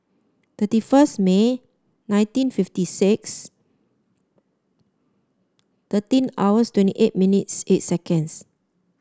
thirty first May nineteen fifty six thirteen hours twenty eight minutes eight seconds